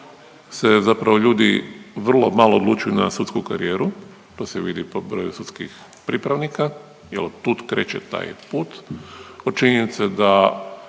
se zapravo ljudi vrlo malo odlučuju na sudsku karijeru, to se vidi i po broju sudskih pripravnika, jer od tud kreće taj put, od činjenice da